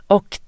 Och